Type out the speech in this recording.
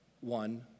one